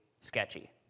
sketchy